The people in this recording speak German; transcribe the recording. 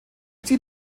ziel